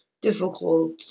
difficult